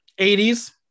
80s